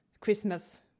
christmas